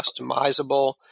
customizable